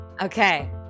Okay